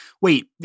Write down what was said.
wait